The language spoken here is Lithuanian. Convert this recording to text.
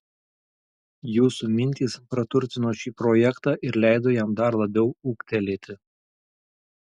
jūsų mintys praturtino šį projektą ir leido jam dar labiau ūgtelėti